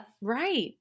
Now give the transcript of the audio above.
Right